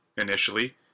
initially